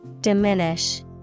Diminish